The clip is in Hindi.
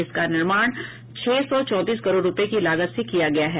इसका निर्माण छह सौ चौंतीस करोड़ रूपये की लागत से किया गया है